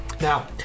Now